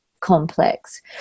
complex